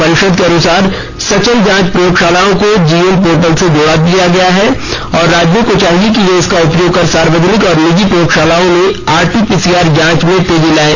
परिषद के अनुसार सचल जांच प्रयोगशालाओं को जीईएम पोर्टल से जोड़ दिया गया है और राज्यों को चाहिए कि ये इसका उपयोग कर सार्वजनिक और निजी प्रयोगशालाओं में आरटी पीसीआर जांच में तेजी लाएं